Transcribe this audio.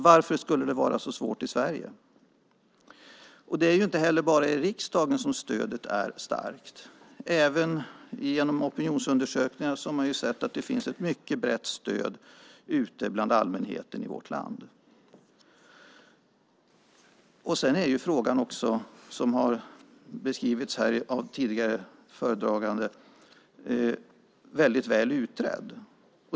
Varför skulle det vara så svårt i Sverige? Det är inte bara här i riksdagen som stödet är starkt. Även i opinionsundersökningar har man sett att det finns ett mycket brett stöd ute bland allmänheten i vårt land. Dessutom är frågan, vilket beskrivits här av tidigare föredragande, väldigt väl utredd.